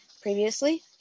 previously